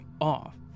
off